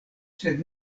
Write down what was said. sed